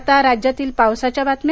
आता राज्यातील पावसाच्या बातम्या